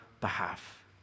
behalf